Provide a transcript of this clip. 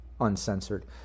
Uncensored